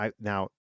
Now